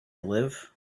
live